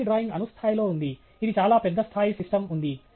మునుపటి డ్రాయింగ్ అణు స్థాయిలో ఉంది ఇది చాలా పెద్ద స్థాయి సిస్టమ్ ఉంది